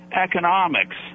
economics